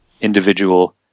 individual